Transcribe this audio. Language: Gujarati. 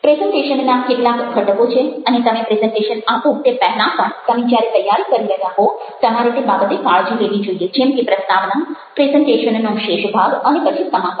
પ્રેઝન્ટેશનના કેટલાક ઘટકો છે અને તમે પ્રેઝન્ટેશન આપો તે પહેલાં પણ તમે જ્યારે તૈયારી કરી રહ્યા હો તમારે તે બાબતે કાળજી લેવી જોઇએ જેમ કે પ્રસ્તાવના પ્રેઝન્ટેશનનો શેષ ભાગ અને પછી સમાપન